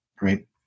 right